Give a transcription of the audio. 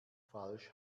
falsch